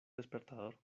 despertador